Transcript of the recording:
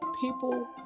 People